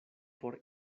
por